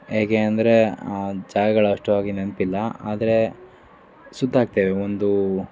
ಹೇಗೆ ಅಂದರೆ ಜಾಗಗಳು ಅಷ್ಟಾಗಿ ನೆನಪಿಲ್ಲ ಆದರೆ ಸುತ್ತಾಕ್ತೇವೆ ಒಂದು